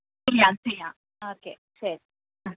ചെയ്യാം ചെയ്യാം ഓക്കെ ശരി മ്മ്